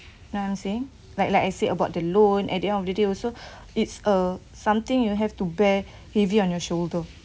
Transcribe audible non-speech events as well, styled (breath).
like I'm saying like like I said about the loan at the end of the day also (breath) it's uh something you have to bear (breath) heavy on your shoulder